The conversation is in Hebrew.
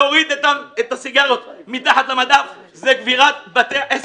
להוריד את הסיגריות מתחת למדף, זה קבירת בתי עסק.